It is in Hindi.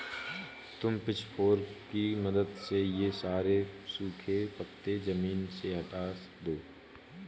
तुम पिचफोर्क की मदद से ये सारे सूखे पत्ते ज़मीन से हटा दो